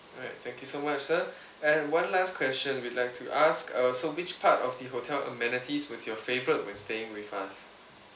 alright thank you so much sir and one last question we like to ask uh so which part of the hotel amenities was your favourite when staying with us